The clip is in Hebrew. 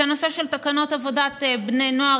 את הנושא של תקנות עבודת בני נוער,